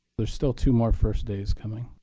there's still two more first days coming.